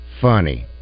funny